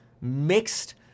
mixed